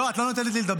לא, את לא נותנת לי לדבר.